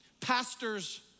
pastors